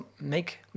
make